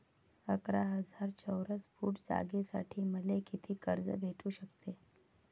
अकरा हजार चौरस फुट जागेसाठी मले कितीक कर्ज भेटू शकते?